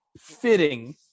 fitting